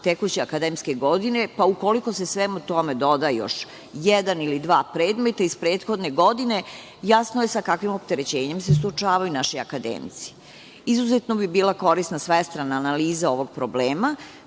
tekuće akademske godine, pa ukoliko se svemu tome doda još jedan ili dva predmeta iz prethodne godine, jasno je sa kakvim opterećenjem se suočavaju naši akademici. Izuzetno bi bila korisna svestrana analiza ovog problema,